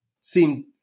seem